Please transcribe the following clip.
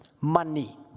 money